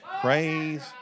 Praise